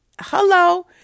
Hello